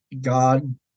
God